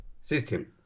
system